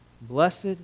blessed